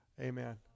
Amen